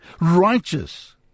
righteous